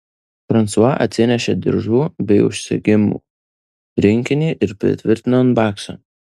fransua atsinešė diržų bei užsegimų rinkinį ir pritvirtino ant bakso